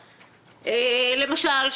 למשל,